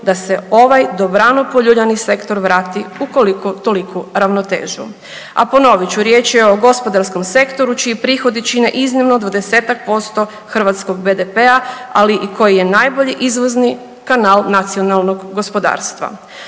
da se ovaj dobrano poljuljani sektor vrati u koliko toliku ravnotežu. A ponovit ću, riječ je o gospodarskom sektoru čiji prihodi čine iznimno 20-tak posto hrvatskog BDP-a, ali i koji je najbolji izvozni kanal nacionalnog gospodarstva.